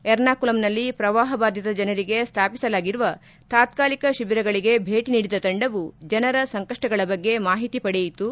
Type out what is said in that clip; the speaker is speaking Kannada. ಎರ್ನಾಕುಲಂನಲ್ಲಿ ಪ್ರವಾಹ ಬಾಧಿತ ಜನರಿಗೆ ಸ್ಥಾಪಿಸಲಾಗಿರುವ ತಾತ್ಕಾಲಿಕ ಶಿಬಿರಗಳಿಗೆ ಭೇಟಿ ನೀಡಿದ ತಂಡವು ಜನರ ಸಂಕಷ್ಷಗಳ ಬಗ್ಗೆ ಮಾಹಿತಿ ಪಡೆಯಿತು